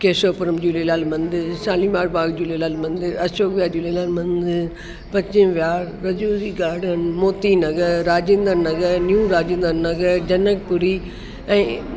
केशवपुरम झूलेलाल मंदिर शालीमार बाग झूलेलाल मंदिर अशोक विहार झूलेलाल मंदिर पश्चिम विहार राजोरी गार्डन मोती नगर राजेंद्र नगर न्यू राजेंद्र नगर जनकपुरी ऐं